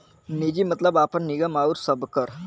निजी मतलब आपन, निगम आउर सबकर